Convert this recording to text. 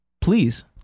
Please